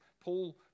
Paul